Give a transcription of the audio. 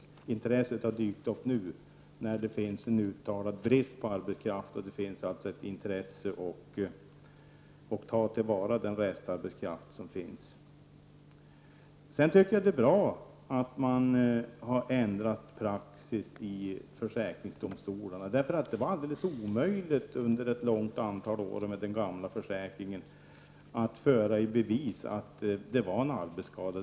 Intresset för arbetsmiljöfrågor har dykt upp nu när det finns en uttalad brist på arbetskraft och det alltså finns ett intresse av att ta till vara restarbetskraften. Det är bra att försäkringsdomstolarna har ändrat sin praxis. Det var under ett stort antal år och med den gamla försäkringen alldeles omöjligt att föra i bevis att det var fråga om en arbetsskada.